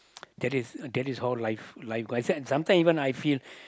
that is that is all life like I said sometimes even I feel